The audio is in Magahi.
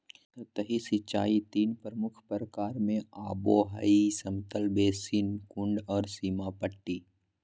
सतही सिंचाई तीन प्रमुख प्रकार में आबो हइ समतल बेसिन, कुंड और सीमा पट्टी